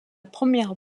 première